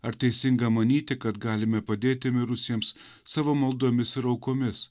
ar teisinga manyti kad galime padėti mirusiems savo maldomis ir aukomis